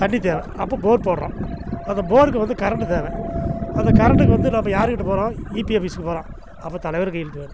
தண்ணி தேவை அப்போ போர் போடுறோம் அந்த போருக்கு வந்து கரண்டு தேவை அந்த கரண்டுக்கு வந்து நம்ம யாரு கிட்ட போகிறோம் ஈபி ஆபீஸுக்கு போகிறோம் அப்போ தலைவர் கையெழுத்து வேணும்